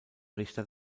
richter